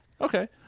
Okay